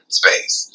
space